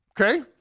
Okay